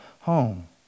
home